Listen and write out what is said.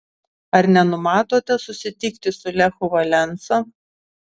ar nenumatote susitikti su lechu valensa